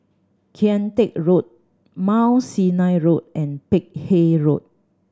Kian Teck Road Mount Sinai Road and Peck Hay Road